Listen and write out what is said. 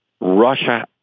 Russia